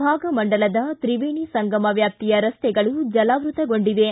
ಭಾಗಮಂಡಲದ ತ್ರಿವೇಣಿ ಸಂಗಮ ವ್ಯಾಪ್ತಿಯ ರಸ್ತೆಗಳು ಜಲಾವೃತಗೊಂಡಿವೆ